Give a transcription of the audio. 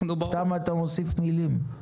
סתם אתה מוסיף מילים.